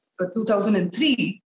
2003